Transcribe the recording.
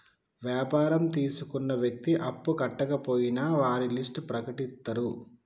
వ్యాపారం తీసుకున్న వ్యక్తి అప్పు కట్టకపోయినా వారి లిస్ట్ ప్రకటిత్తరు